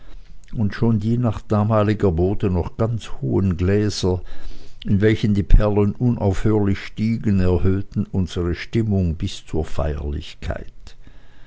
und schon die nach damaliger mode noch ganz hohen gläser in welchen die perlen unaufhörlich stiegen erhöhten unsere stimmung bis zur feierlichkeit